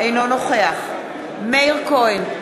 אינו נוכח מאיר כהן,